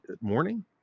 morning